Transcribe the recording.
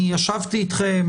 אני ישבתי אתכם,